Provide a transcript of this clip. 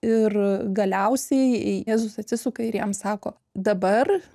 ir galiausiai jėzus atsisuka ir jam sako dabar